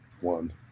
one